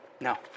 No